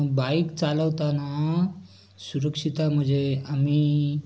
bike चालवताना सुरक्षितता म्हणजे आम्ही